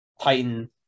Titan